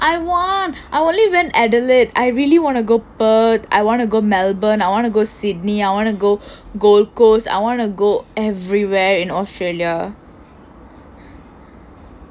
I want I will live in adelaide I really wanna go perth I want to go melbourne I want to go sydney I wanna go gold coast I wanna go everywhere in australia